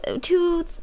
two